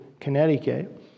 Connecticut